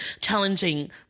challenging